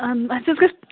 اَہَن حظ اَسہِ حظ گژھِ